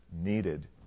needed